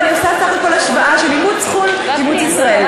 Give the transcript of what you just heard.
ואני עושה בסך הכול השוואה של אימוץ חו"ל לאימוץ בישראל,